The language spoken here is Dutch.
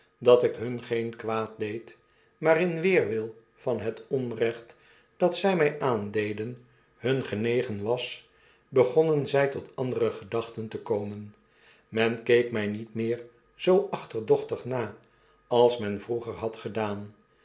dat ik hun geen kwaad deed maar in weerwil van het onrecht dat zy mij aandeden hun genegen was begonnen zy tot andere gedachten te komen men keek my niet meer zoo achterdochtig na als men vroeger had gedaan